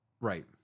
right